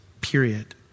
period